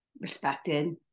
respected